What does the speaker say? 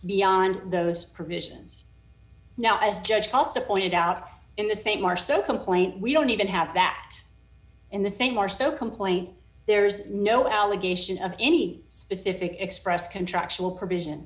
beyond those provisions now as judge also pointed out in the same are so complaint we don't even have that in the same or so complaint there's no allegation of any specific express contractual provision